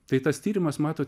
tai tas tyrimas matot